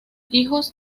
hijos